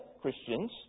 Christians